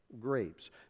grapes